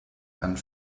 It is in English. and